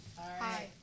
Hi